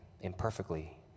imperfectly